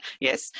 Yes